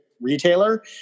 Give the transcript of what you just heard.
retailer